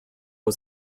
was